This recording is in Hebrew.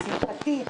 לשמחתי,